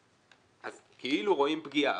אז כאילו רואים פגיעה,